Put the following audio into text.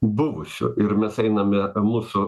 buvusių ir mes einame mūsų